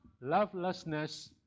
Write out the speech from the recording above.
lovelessness